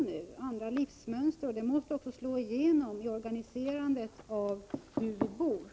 Vi har fått andra livsmönster, och det måste slå igenom också i organiserandet av hur vi bor.